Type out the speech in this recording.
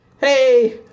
hey